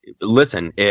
listen